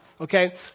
Okay